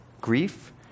grief